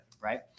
right